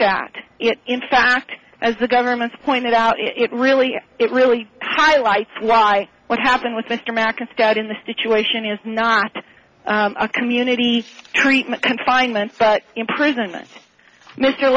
it in fact as the government pointed out it really it really highlights why what happened with mr mack instead in the situation is not a community treatment confinement but imprisonment mr